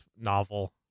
novel